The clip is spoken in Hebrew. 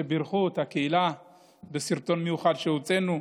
שבירכו את הקהילה בסרטון מיוחד שהוצאנו.